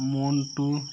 Montu